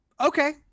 okay